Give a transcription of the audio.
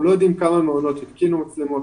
אנחנו לא יודעים כמה מעונות יתקינו מצלמות,